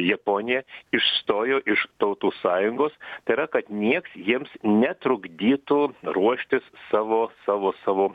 japonija išstojo iš tautų sąjungos tai yra kad nieks jiems netrukdytų ruoštis savo savo savo